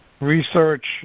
research